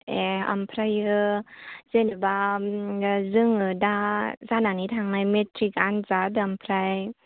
ए आमफ्रायो जेनोबा जोङो दा जानानै थांनाय मेट्रिक आनजाद आमफ्राय